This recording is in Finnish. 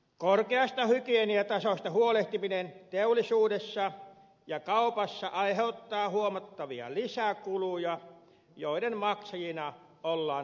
korkeasta hygieniatasosta huolehtiminen teollisuudessa ja kaupassa aiheuttaa huomattavia lisäkuluja joiden maksajina olemme me kuluttajat